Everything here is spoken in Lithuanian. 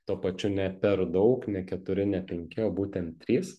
tuo pačiu ne per daug ne keturi ne penki o būtent trys